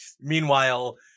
Meanwhile